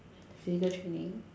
physical training